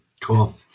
Cool